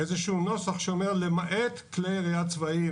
איזה שהוא נוסח שאומר 'למעט כלי ירייה צבאיים'.